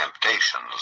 temptations